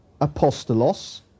apostolos